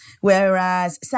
whereas